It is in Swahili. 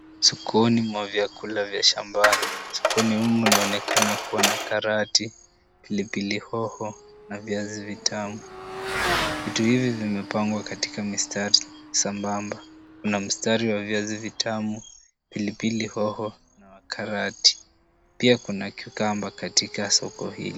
Sokoni mwa vyakula vya shambani. Sokoni humu mnaonekana kuwa na karoti, pilipili hoho na viazi vitamu. Vitu hivi vimepangwa katika mistari sambamba. Kuna mstari wa viazi vitamu, pilipili hoho na karoti. Pia kuna cucumber katika soko hili.